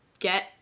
get